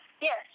Yes